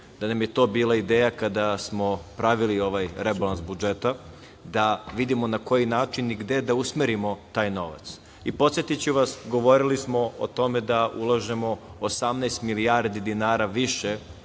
da nam je to bila ideja kada smo pravili ovaj rebalans budžeta, da vidimo na koji način i gde da usmerimo taj novac. I podsetiću vas, govorili smo o tome da ulažemo 18 milijardi dinara više